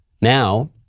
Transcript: Now